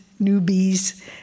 newbies